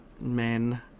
Men